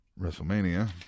WrestleMania